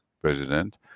president